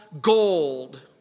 gold